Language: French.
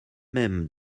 même